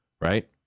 right